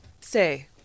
say